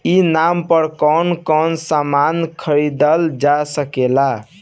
ई नाम पर कौन कौन समान खरीदल जा सकेला?